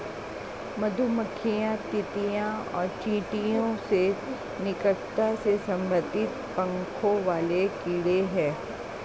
मधुमक्खियां ततैया और चींटियों से निकटता से संबंधित पंखों वाले कीड़े हैं